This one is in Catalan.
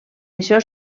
això